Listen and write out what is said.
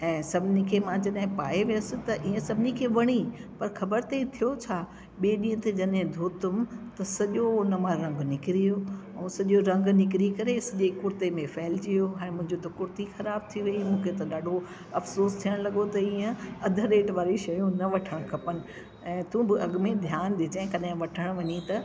ऐं सभिनी खे मां जॾहिं पाए वियासि त ईअं सभिनी खे वणी पर ख़बर अथई थियो छा ॿे ॾींहं ते जॾहिं धोतुमि त सॼो उन मां रंग निकरी वियो हुओ सॼो रंग निकरी करे सॼे कुर्ते में फैलजी वियो हाणे मुंहिंजी त कुर्ती ख़राब थी वई मूंखे त ॾाढो अफ़सोस थियण लॻो त ईअं अधु रेट वारी शयूं न वठूं खपनि ऐं तू बि अॻ में ध्यानु ॾिजे वठणु वञे त